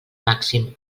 màxim